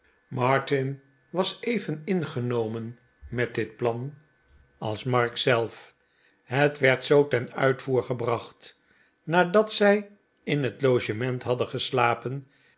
martin was even ingenomen met dit plan als mark zelf het werd zoo ten uitvoer gebracht nadat zij in het logement hadden geslapen